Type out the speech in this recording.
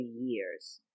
years